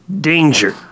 Danger